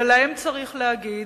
להם צריך להגיד: